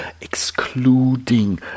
excluding